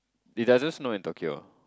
it doesn't snow in Tokyo